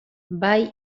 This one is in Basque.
bai